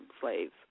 slaves